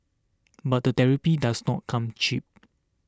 but the therapy does not come cheap